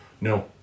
No